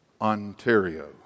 Ontario